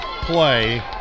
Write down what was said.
play